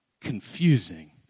confusing